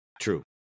True